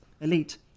Elite